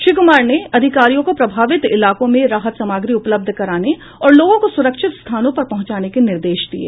श्री कुमार ने अधिकारियों को प्रभावित इलाकों में राहत सामग्री उपलब्ध कराने और लोगों को सुरक्षित स्थानों पर पहुंचाने के निर्देश दिये